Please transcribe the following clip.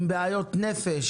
באנשים עם בעיות נפש,